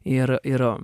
ir ir